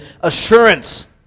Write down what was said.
assurance